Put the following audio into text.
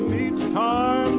um each time